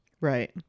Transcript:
Right